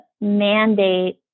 mandate